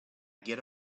get